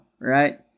right